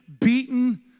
beaten